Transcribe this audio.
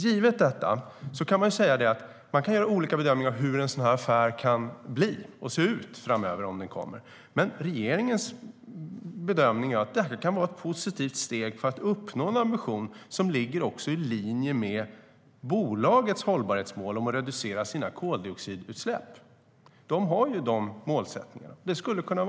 Givet detta kan man göra olika bedömningar av hur en sådan affär kan se ut framöver, om den blir av. Regeringens bedömning är att det kan vara ett positivt steg för att uppnå den ambition som ligger i linje med bolagets hållbarhetsmål om att reducera koldioxidutsläppen. Dessa målsättningar finns.